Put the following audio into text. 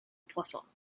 poissons